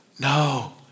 no